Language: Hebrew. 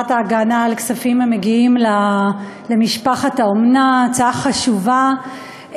ההגנה על כספים המגיעים לאומן) הצעה חשובה,